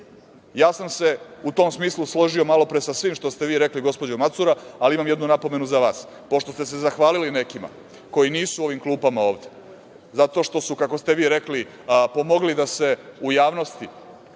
tom smislu sam se složio malopre sa svim što ste vi rekli gospođo Macura, ali imam jednu napomenu za vas. Pošto ste se zahvalili nekima, koji nisu u ovim klupama ovde, zato što su, kako ste vi rekli, pomogli da se u jasnosti